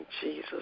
Jesus